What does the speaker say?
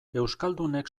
euskaldunek